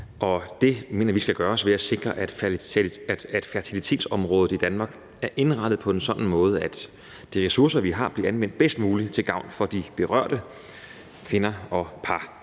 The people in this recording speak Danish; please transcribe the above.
og det mener vi skal gøres ved at sikre, at fertilitetsområdet i Danmark er indrettet på en sådan måde, at de ressourcer, vi har, bliver anvendt bedst muligt til gavn for de berørte kvinder og par.